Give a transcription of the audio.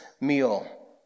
meal